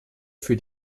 für